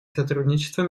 сотрудничества